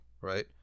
Right